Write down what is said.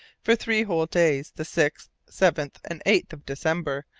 for three whole days, the sixth, seventh, and eighth of december,